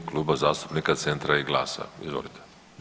Kluba zastupnika Centra i GLAS-a, izvolite.